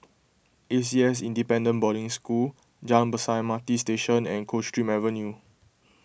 A C S Independent Boarding School Jalan Besar M R T Station and Coldstream Avenue